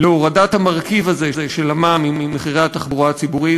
להורדת המרכיב הזה של המע"מ ממחירי התחבורה הציבורית,